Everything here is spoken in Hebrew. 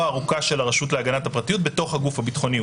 הארוכה של הרשות להגנת הפרטיות בתוך הגוף הביטחוני.